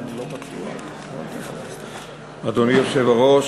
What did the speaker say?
אדוני היושב-ראש,